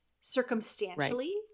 circumstantially